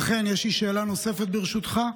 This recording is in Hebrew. אכן יש לי שאלה נוספת, ברשותך.